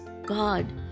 God